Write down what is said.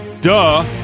Duh